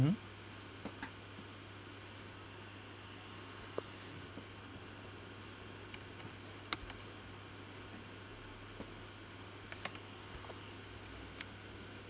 mm